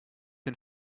and